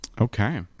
Okay